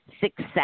success